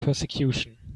persecution